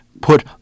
put